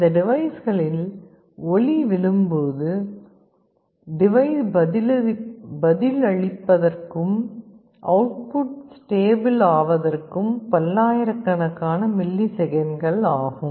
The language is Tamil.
இந்த டிவைஸ்களில் ஒளி விழும்போது டிவைஸ் பதிலளிப்பதற்கும் அவுட்புட் ஸ்டேபிள் ஆவதற்கும் பல்லாயிரக்கணக்கான மில்லி செகண்ட்கள் ஆகும்